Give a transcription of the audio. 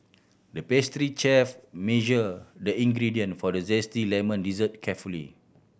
the pastry chef measured the ingredient for the zesty lemon dessert carefully